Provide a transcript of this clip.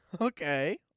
okay